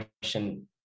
question